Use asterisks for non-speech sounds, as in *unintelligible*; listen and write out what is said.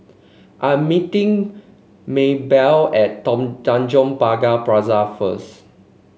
I'm meeting Maebell at *unintelligible* Tanjong Pagar Plaza first